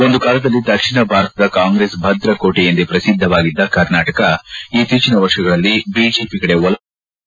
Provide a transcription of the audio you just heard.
ಒಂದು ಕಾಲದಲ್ಲಿ ದಕ್ಷಿಣ ಭಾರತದ ಕಾಂಗ್ರೆಸ್ ಭದ್ರಕೋಟೆ ಎಂದೇ ಪ್ರಸಿದ್ಧವಾಗಿದ್ದ ಕರ್ನಾಟಕ ಇತ್ತೀಚನ ವರ್ಷಗಳಲ್ಲಿ ಬಿಜೆಪಿ ಕಡೆ ಒಲವು ತೋರುತ್ತಾ ಬರುತ್ತಿತ್ತು